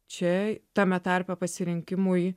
čia tame tarpe pasirinkimui